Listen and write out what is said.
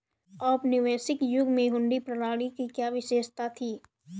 औपनिवेशिक युग में हुंडी प्रणाली की क्या विशेषता थी?